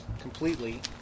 completely